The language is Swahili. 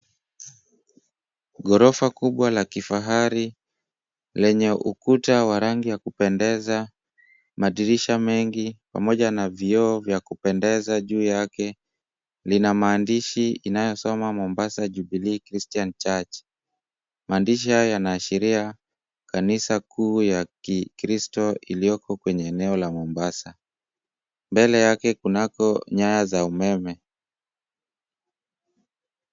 Ghorofa kubwa la kifahari lenye ukuta wa rangi ya kupendeza madirisha mengi pamoja na vioo vya kupendeza juu yake lina maandishi inayosoma, Mombasa Jubilee Christian Church. Maandishi hayo yanaashiria kanisa kuu ya kikristo ilioko kwenye eneo la Mombasa. Mbele yake kunako nyaya za umeme.